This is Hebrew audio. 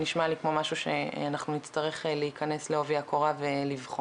נשמע לי כמו משהו שאנחנו נצטרך להיכנס לעובי הקורה ולבחון.